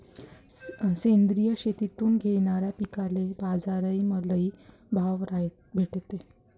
सेंद्रिय शेतीतून येनाऱ्या पिकांले बाजार लई भाव भेटते